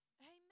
Amen